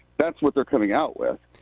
that's what they're coming out with?